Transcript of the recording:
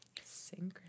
Synchrony